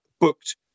booked